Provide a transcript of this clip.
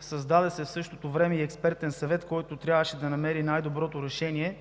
Създаде се в същото време и експертен съвет, който трябваше да намери най-доброто решение,